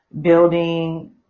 building